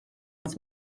els